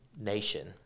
nation